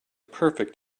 perfect